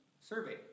survey